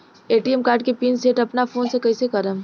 ATM card के pin set अपना phone से कइसे करेम?